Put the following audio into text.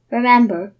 Remember